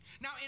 Now